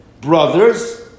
brothers